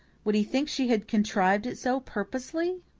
would he think she had contrived it so purposely?